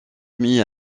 demi